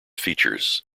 features